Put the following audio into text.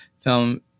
film